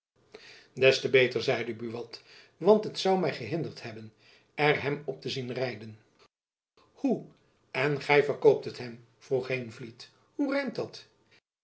des te beter zeide buat want het zoû my gehinderd hebben er hem op te zien rijden hoe en gy verkoopt het hem vroeg heenvliet hoe rijmt dat